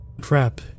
Crap